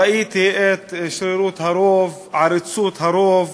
ראיתי את שרירות הרוב, עריצות הרוב.